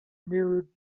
mirrored